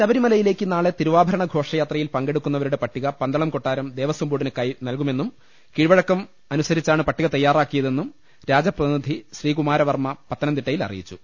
ശബരിമലയിലേക്ക് നാളെ തിരുവാഭരണ ഘോഷയാത്രയിൽ പങ്കെടുക്കുന്നവരുടെ പട്ടിക പന്തളം കൊട്ടാരം ദേവസ്വം ബോർഡിന് നൽകുമെന്നും കീഴ്വഴക്കം അനുസരിച്ചാണ് പട്ടിക തയ്യാറാക്കിയതെന്നും രാജപ്രതിനിധി ശ്രീകുമാരവർമ്മ പത്തനംതി ട്ടയിൽ അറിയിച്ചു